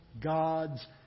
God's